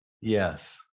Yes